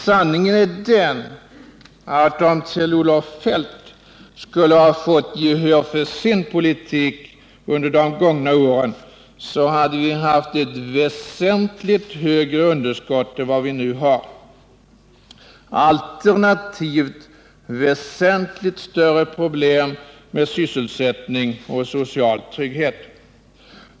Sanningen är den, att om Kjell-Olof Feldt skulle ha fått gehör för sin politik under de gångna åren hade vi haft ett väsentligt högre underskott än vad vi nu har, alternativt väsentligt större problem med sysselsättning och social trygghet.